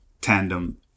tandem